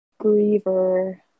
griever